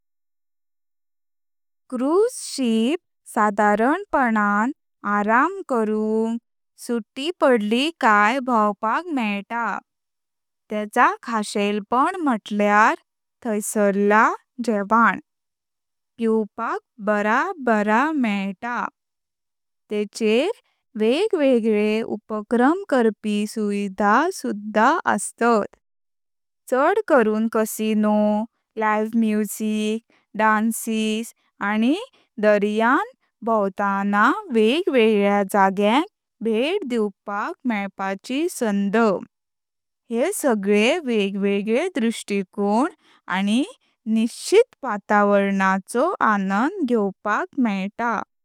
Cruise ship स्वतंत्रपणान आराम। सुटी पडली काय भावपाक मेळता, तेचाखालेष्पान म्हुटल्यार थैसरला जेवण, पिवपाक बरा बरा मेळता। तेचर वेगवेगळे उपक्रम करपी सुविधा सुद्धा अस्तात, चड करून कॅसीनो, लाइव म्युझिक, डान्सेस, आणि दर्यांत भावताना वेगवेगळ्या जाग्यांक भेट दिवपाक मेळपाची संड। हे सगळे वेगवेगळे दृष्टिकोण आणि निश्चित वातावरणाचो आनंद घेवपाक मेळता।